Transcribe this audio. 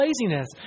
laziness